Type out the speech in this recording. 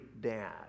dad